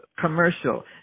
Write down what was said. commercial